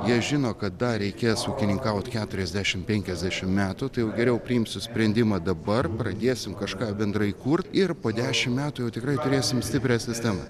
jie žino kada reikės ūkininkauti keturiasdešimt penkiasdešimt metų tai jau geriau priimsiu sprendimą dabar pradėsim kažką bendrai kurt ir po dešimt metų jau tikrai turėsim stiprią sistemą